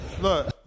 Look